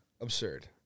Absurd